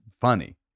funny